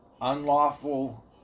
unlawful